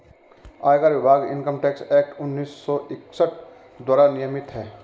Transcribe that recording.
आयकर विभाग income tax act उन्नीस सौ इकसठ द्वारा नियमित है